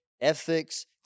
ethics